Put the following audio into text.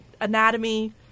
anatomy